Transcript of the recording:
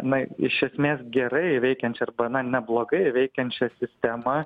na iš esmės gerai veikiančią arba naneblogai veikiančią sistemą